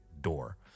door